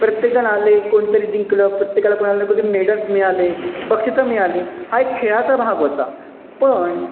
प्रत्येकजण आले कोणीतरी जिंकलं प्रत्येकाला कोणाला न कुणालातरी मेडल्स मिळाले बक्षिसं मिळाली हा एक खेळाचा भाग होता पण